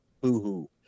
Boo-hoo